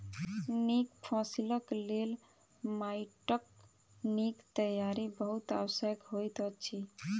नीक फसिलक लेल माइटक नीक तैयारी बहुत आवश्यक होइत अछि